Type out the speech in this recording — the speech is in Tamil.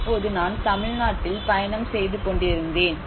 அப்போது நான் தமிழ்நாட்டில் பயணம் செய்து கொண்டிருந்தேன்